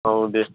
औ दे